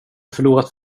förlorat